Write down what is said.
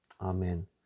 Amen